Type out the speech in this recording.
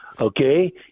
Okay